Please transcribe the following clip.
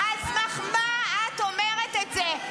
על סמך מה את אומרת את זה?